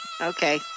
okay